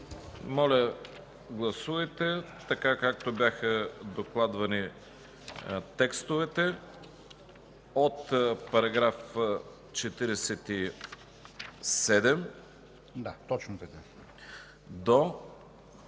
Моля, гласувайте, така както бяха докладвани, текстовете от § 47 до